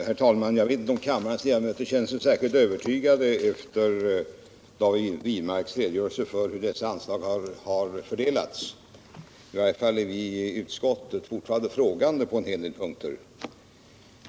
Herr talman! Jag vet inte om kammarens ledamöter känner sig särskilt övertygade efter David Wirmarks redogörelse för hur de berörda anslagen har fördelats. I varje fall ställer vi oss i utskottet fortfarande frågande på en del punkter.